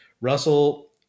Russell